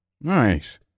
Nice